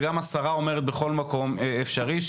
וגם השרה אומרת בכל מקום אפשרי,